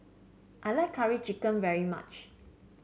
I like Curry Chicken very much